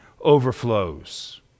overflows